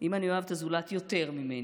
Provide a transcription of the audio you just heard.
אם אני אוהב את הזולת פחות ממני,